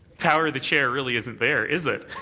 power of the chair really isn't there, is it?